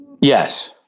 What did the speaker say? Yes